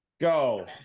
Go